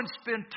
spend